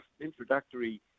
introductory